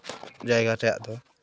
ᱡᱟᱭᱜᱟ ᱨᱮᱭᱟᱜ ᱫᱚ